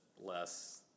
less